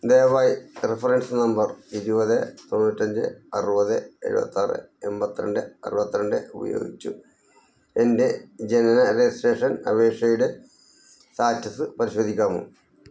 ദയവായി reference number ഇരുപത് തൊണ്ണൂറ്റഞ്ച് അറുപത് എഴുപത്താറ് എൺപത്തിരണ്ട് അറുപത്തിരണ്ട് ഉപയോഗിച്ച് എന്റെ ജനന രജിസ്ട്രേഷൻ അപേക്ഷയുടെ സാറ്റസ് പരിശോധിക്കാമോ